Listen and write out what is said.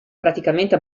praticamente